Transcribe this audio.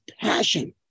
passion